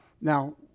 Now